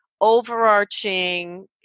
overarching